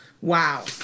Wow